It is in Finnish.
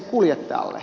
niinkö